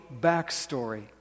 backstory